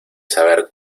saber